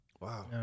Wow